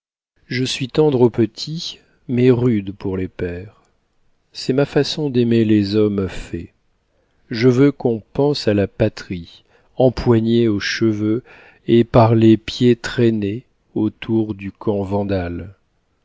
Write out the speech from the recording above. je suis tendre aux petits mais rude pour les pères c'est ma façon d'aimer les hommes faits je veux qu'on pense à la patrie empoignée aux cheveux et par les pieds traînée autour du camp vandale